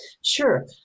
Sure